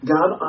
God